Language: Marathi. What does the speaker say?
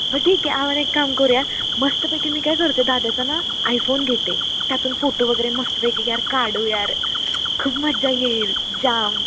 बरं ठीक आहे आपण एक काम करूया मस्तपैकी मी काय करते दादाचा ना आयफोन घेते त्यातून फोटो वगैरे मस्तपैकी यार काढू यार खूप मज्जा येईल जाम